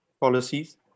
policies